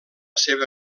seva